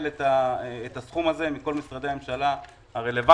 את הסכום הזה מכל משרדי הממשלה הרלוונטיים,